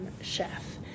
chef